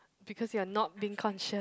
because you are not being conscious